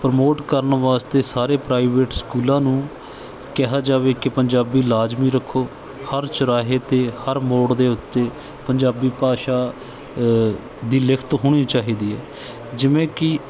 promote ਕਰਨ ਵਾਸਤੇ ਸਾਰੇ ਪ੍ਰਾਈਵੇਟ ਸਕੂਲਾਂ ਨੂੰ ਕਿਹਾ ਜਾਵੇ ਕਿ ਪੰਜਾਬੀ ਲਾਜਮੀ ਰੱਖੋ ਹਰ ਚੁਰਾਹੇ 'ਤੇ ਹਰ ਮੋੜ ਦੇ ਉੱਤੇ ਪੰਜਾਬੀ ਭਾਸ਼ਾ ਦੀ ਲਿਖਤ ਹੋਣੀ ਚਾਹੀਦੀ ਹੈ ਜਿਵੇਂ ਕਿ